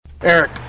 Eric